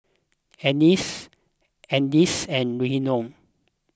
Anice Anice and Rhiannon